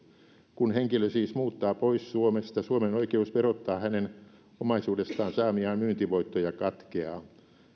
kun henkilö siis muuttaa pois suomesta suomen oikeus verottaa hänen omaisuudestaan saamiaan myyntivoittoja katkeaa